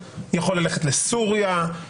לסוריה,